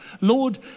Lord